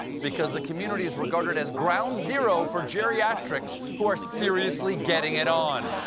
because the community is regarded as ground zero for geriatrics who are seriously getting it on.